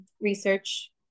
research